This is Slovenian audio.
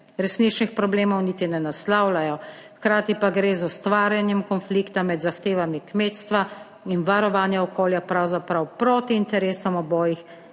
Resničnih problemov niti ne naslavljajo, hkrati pa gre z ustvarjanjem konflikta med zahtevami kmetstva in varovanja okolja pravzaprav proti interesom obojih,